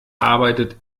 arbeitet